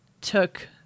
took